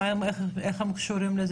איך הם קשורים לזה?